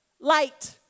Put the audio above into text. light